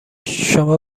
شما